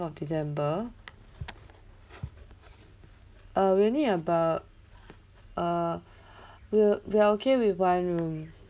of december uh we'll need about uh we're we're okay with one room